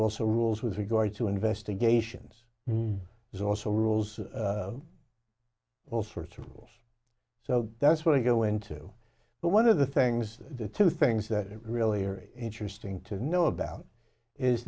also rules with regard to investigations there's also rules all sorts of rules so that's what we go into but one of the things the two things that really are interesting to know about is